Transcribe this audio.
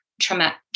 traumatic